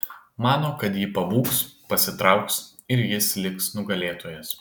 mano kad ji pabūgs pasitrauks ir jis liks nugalėtojas